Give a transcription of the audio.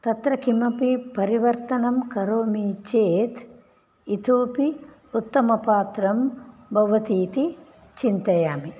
तत्र किमपि परिवर्तनं करोमि चेत् इतोऽपि उत्तमपात्रं भवतीति चिन्तयामि